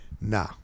Nah